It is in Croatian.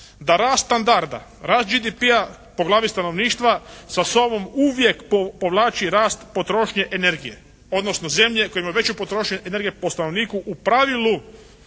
da rast standarda, rast GDP-a po glavi stanovništva sa sobom uvijek povlači rast potrošnje energije, odnosno zemlje koja ima veću potrošnju energije po stanovniku u pravilu